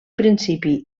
principi